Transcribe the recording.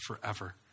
forever